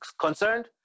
concerned